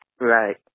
Right